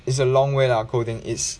it's a long way lah coding it's